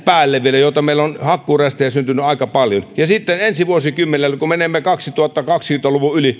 päälle vielä joita meillä on syntynyt aika paljon sitten ensi vuosikymmenellä kun menemme kaksituhattakaksikymmentä luvun yli